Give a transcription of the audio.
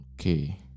Okay